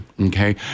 okay